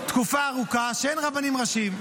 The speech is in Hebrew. תקופה ארוכה שאין רבנים ראשיים.